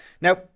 Now